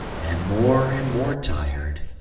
and more and more tired,